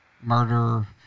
murder